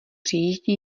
přijíždí